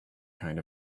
kind